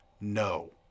no